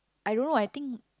I don't know I think